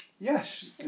Yes